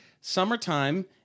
summertime